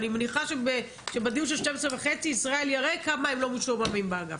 אני מניחה שבדיון של 12:30 ישראל יראה כמה הם לא משועממים באגף,